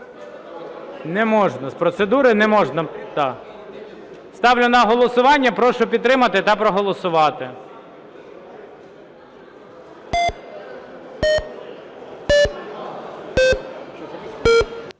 Не можна. З процедури не можна. Ставлю на голосування, прошу підтримати та проголосувати.